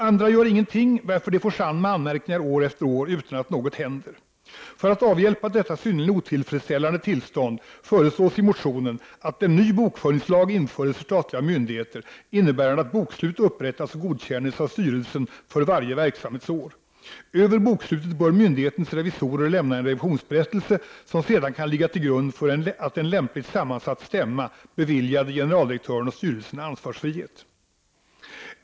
Andra gör ingenting, varför de får samma anmärkningar år efter år utan att något händer. För att avhjälpa detta synnerligen otillfredsställande tillstånd föreslås i motionen, att en ny bokföringslag införs för statliga myndigheter, innebärande att bokslut upprättas och godkänns av styrelsen för varje verksamhetsår. Över bokslutet bör myndigheternas revisorer lämna en revisionsberättelse, som sedan kan ligga till grund för att en lämpligt sammansatt ”stämma” beviljar generaldirektören och styrelsen ansvarsfrihet.